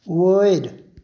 वयर